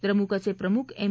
द्रमुकचे प्रमुख एम